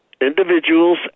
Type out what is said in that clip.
individuals